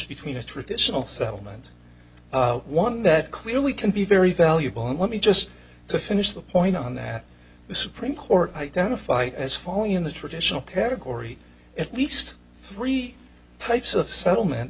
between a traditional settlement one that clearly can be very valuable and let me just to finish the point on that the supreme court identified as following in the traditional category at least three types of settlement